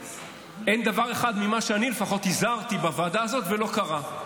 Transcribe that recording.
אין דבר אחד ממה שאני לפחות הזהרתי בוועדה הזאת ולא קרה.